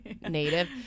native